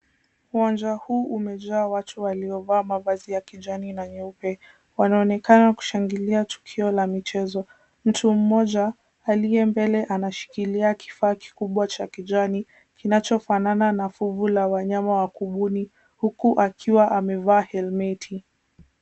Uwanja huu umejaa watu waliovaa mavazi ya kijani na nyeupe, wanaonekana kushangilia tukio la michezo. Mtu mmoja aliye mbele anashikilia kifaa kikubwa cha kijani kinachofanana na fubu la wanyama wa kubuni huku akiwa amevaa helmeti .